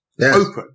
Open